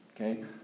Okay